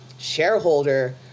shareholder